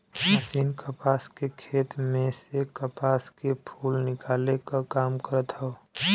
machine कपास के खेत में से कपास के फूल निकाले क काम करत हौ